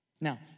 Now